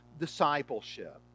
discipleship